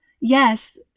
Yes